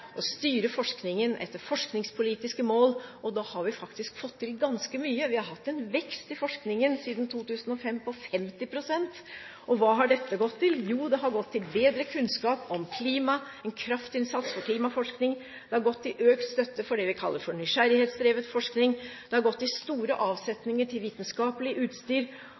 å styre forskningen etter forskningspolitiske mål, og da har vi faktisk fått til ganske mye. Vi har hatt en vekst i forskningen siden 2005 på 50 pst. Og hva har dette gått til? Jo, det har gått til bedre kunnskap om klima, en kraftinnsats for klimaforskning, det har gått til økt støtte for det vi kaller nysjerrighetsdrevet forskning, det har gått til store avsetninger til vitenskapelig utstyr,